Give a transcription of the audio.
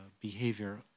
behavior